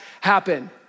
happen